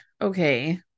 okay